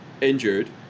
injured